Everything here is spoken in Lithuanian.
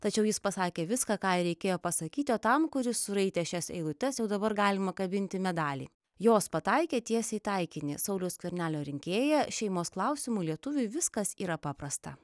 tačiau jis pasakė viską ką ir reikėjo pasakyti tam kuris suraitė šias eilutes jau dabar galima kabinti medalį jos pataikė tiesiai į taikinį sauliaus skvernelio rinkėją šeimos klausimu lietuviui viskas yra paprasta